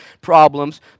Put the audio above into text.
problems